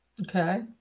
okay